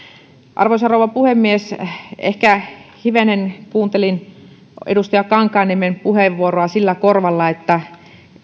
arvoisa rouva puhemies ehkä hivenen kuuntelin edustaja kankaanniemen puheenvuoroa sillä korvalla että